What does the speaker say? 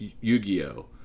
Yu-Gi-Oh